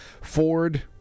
Ford